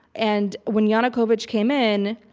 and when yanukovych came in,